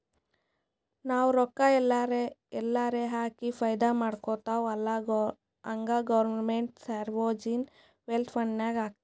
ನಾವು ರೊಕ್ಕಾ ಎಲ್ಲಾರೆ ಹಾಕಿ ಫೈದಾ ಮಾಡ್ಕೊತಿವ್ ಅಲ್ಲಾ ಹಂಗೆ ಗೌರ್ಮೆಂಟ್ನು ಸೋವರ್ಜಿನ್ ವೆಲ್ತ್ ಫಂಡ್ ನಾಗ್ ಹಾಕ್ತುದ್